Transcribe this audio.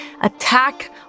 attack